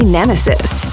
Nemesis